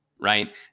right